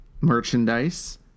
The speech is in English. merchandise